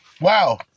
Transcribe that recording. Wow